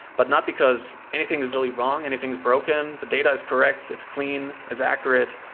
but not because anything is really wrong, anything is broken. the data is correct. it's clean. it's accurate,